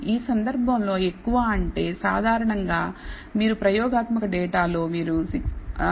ఈ సందర్భంలో ఎక్కువ అంటే సాధారణంగా మీరు ప్రయోగాత్మక డేటాలో మీరు 6